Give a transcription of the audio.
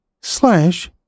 slash